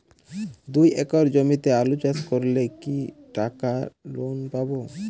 দুই একর জমিতে আলু চাষ করলে কি টাকা লোন পাবো?